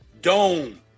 Dome